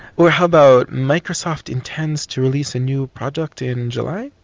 or how about microsoft intends to release a new project in july.